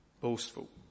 boastful